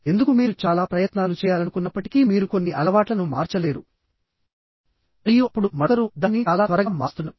ఎందుకు మీరు చాలా ప్రయత్నాలు చేయాలనుకున్నప్పటికీ మీరు కొన్ని అలవాట్ల ను మార్చలేరు మరియు అప్పుడు మరొకరు దానిని చాలా త్వరగా మారుస్తున్నారు